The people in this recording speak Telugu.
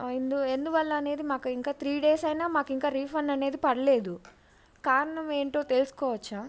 ఎందువల్ల అనేది మాకు ఇంకా త్రీ డేస్ అయిన మాన ఇంకా రిఫండ్ అనేది పడలేదు కారణం ఏంటో తెలుసుకోవచ్చా